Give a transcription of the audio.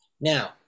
Now